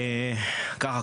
ככה,